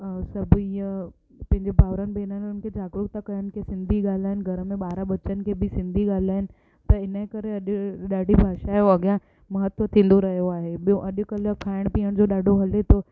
सभु ईअ पंहिंजे भाउरनि भेनरनि खे जागरूक तथा कनि की सिंधी ॻाल्हइनि घर में ॿार बच्चनि खे बि सिंधी ॻाल्हाइनि त हिन जे करे अॼु ॾाढी भाषाऊं अॻियां महत्व थींदो रहियो आहे ॿियो अॼुकल्ह खाइण पीअण जो ॾाढो हले थो